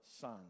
Son